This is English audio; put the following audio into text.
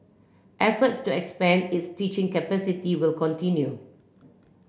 efforts to expand its teaching capacity will continue